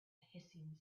hissing